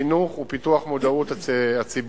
בחינוך ובפיתוח מודעות הציבור